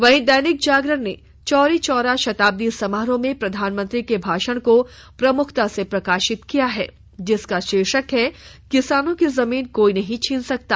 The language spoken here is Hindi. वहीं दैनिक जागरण ने चौरी चौरा शताब्दी समारोह में प्रधानमंत्री के भाषण को प्रमुखता से प्रकाशित किया है जिसका शीर्षक है किसानों की जमीन कोई नहीं छीन सकता